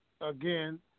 Again